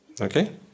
Okay